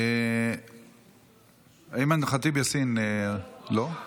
אימאן ח'טיב יאסין, לא?